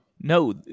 no